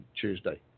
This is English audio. Tuesday